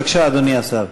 בבקשה, אדוני השר.